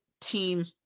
team